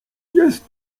jest